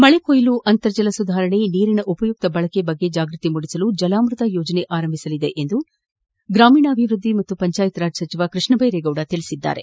ಮಳೆ ಕೊಯ್ಲು ಅಂತರ್ಜಲ ಸುಧಾರಣೆ ನೀರಿನ ಉಪಯುಕ್ತ ಬಳಕೆ ಕುರಿತು ಜಾಗ್ಟತಿ ಮೂಡಿಸಲು ಜಲಾಮ್ಟತ ಯೋಜನೆ ಆರಂಭಿಸಲಿದೆ ಎಂದು ಗ್ರಾಮೀಣಾಭಿವೃದ್ಧಿ ಮತ್ತು ಪಂಚಾಯತ್ ರಾಜ್ ಸಚಿವ ಕೃಷ್ಣಬೈರೇಗೌಡ ತಿಳಿಸಿದ್ದಾರೆ